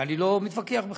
ואני לא מתווכח בכלל,